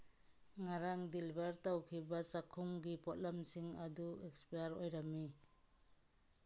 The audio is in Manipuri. ꯉꯔꯥꯡ ꯗꯤꯂꯤꯚꯔ ꯇꯧꯈꯤꯕ ꯆꯈꯨꯝꯒꯤ ꯄꯣꯠꯂꯝꯁꯤꯡ ꯑꯗꯨ ꯑꯦꯛꯁꯄ꯭ꯌꯥꯔ ꯑꯣꯏꯔꯝꯃꯤ